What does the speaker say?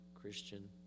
Christian